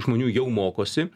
žmonių jau mokosi